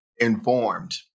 informed